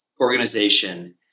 organization